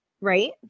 Right